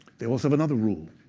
they also have another rule.